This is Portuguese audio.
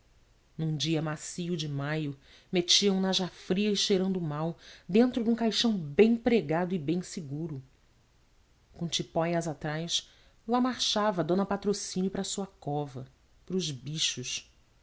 num dia macio de maio metiam na já fria e cheirando mal dentro de um caixão bem pregado e bem seguro com tipóias atrás lá marchava dona patrocínio para a sua cova para os bichos